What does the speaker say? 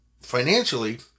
financially